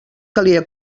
calia